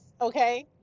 okay